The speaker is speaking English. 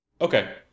Okay